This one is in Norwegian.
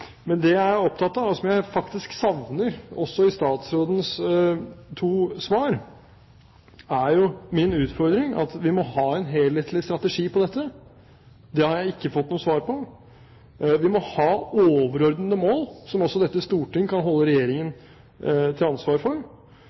Men det jeg er opptatt av, og som jeg faktisk savner svar på også i statsrådens to svar, er min utfordring, at vi må ha en helhetlig strategi på dette. Det har jeg ikke fått noe svar på. Vi må ha overordnede mål, som også dette storting kan holde Regjeringen ansvarlig for,